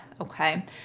Okay